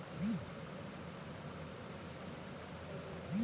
risk বা ঝুঁকিকে যে ভাবে ঠিকঠাক পরিচাললা ক্যরা যেতে পারে